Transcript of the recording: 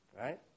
Right